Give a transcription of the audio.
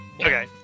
Okay